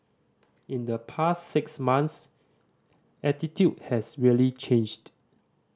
in the past six months attitude has really changed